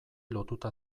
lotuta